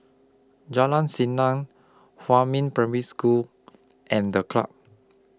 Jalan Senang Huamin Primary School and The Club